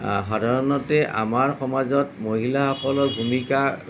সাধাৰণতে আমাৰ সমাজত মহিলাসকলৰ ভূমিকা